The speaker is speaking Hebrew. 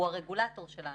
הוא הרגולטור שלנו.